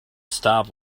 stop